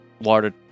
water